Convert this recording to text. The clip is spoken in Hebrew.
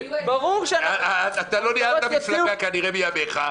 אתה כנראה לא ניהלת מפלגה מימיך.